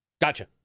Gotcha